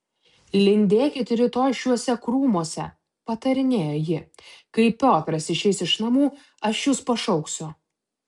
lindėkit rytoj šiuose krūmuose patarinėjo ji kai piotras išeis iš namų aš jus pašauksiu